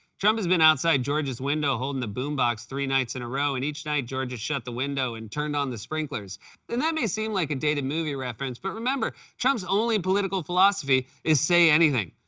trump has been outside georgia's window, holding the boom box three nights in a row and, each night, georgia shut the window and turned on the sprinklers. and that may seem like a dated movie reference, but remember, trump's only political philosophy is say anything.